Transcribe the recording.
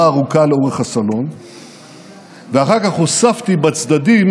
ארוכה לאורך הסלון ואחר כך הוספתי בצדדים,